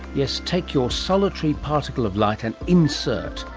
yes, take your solitary particle of light and insert.